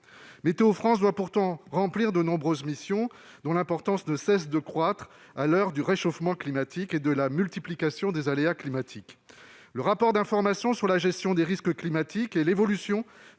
Météo-France doit pourtant remplir de nombreuses missions dont l'importance ne cesse de croître à l'heure du réchauffement climatique et de la multiplication des aléas climatiques. Nicole Bonnefoy, dans son rapport d'information sur la gestion des risques climatiques et l'évolution